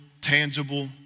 tangible